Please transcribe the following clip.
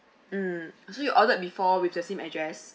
mm so you ordered before with the same address